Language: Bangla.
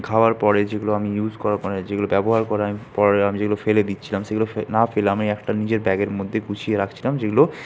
খাওয়ার পরে যেগুলো আমি ইউজ করার মানে যেগুলো ব্যবহার করার পরে আমি যেগুলো ফেলে দিচ্ছিলাম সেগুলো ফে না ফেলে একটা আমি নিজের ব্যাগের মধ্যে গুছিয়ে রাখছিলাম যেগুলো